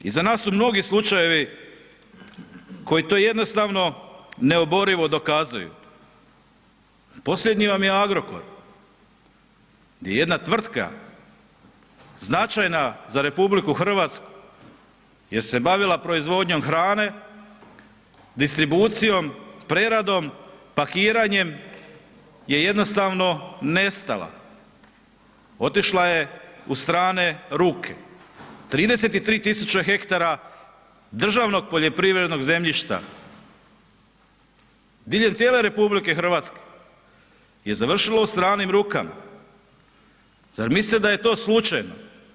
Iza nas su mnogi slučajevi koji to jednostavno neoborivo dokazuju, posljednji vam je Agrokor di je jedna tvrtka značajna za RH jer se bavila proizvodnjom hrane, distribucijom, preradom, pakiranjem je jednostavno nestala, otišla je u strane ruke, 33000 hektara državnog poljoprivrednog zemljišta diljem cijele RH je završilo u stranim rukama, zar mislite da je to slučajno?